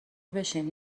بشین